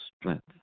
strength